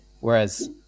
Whereas